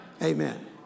amen